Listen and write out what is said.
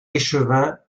échevin